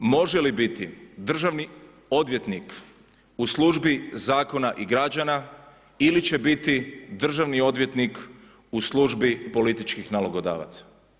Može li biti državni odvjetnik u službi zakona i građana ili će biti državni odvjetnik u službi političkih nalogodavaca?